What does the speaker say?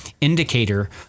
indicator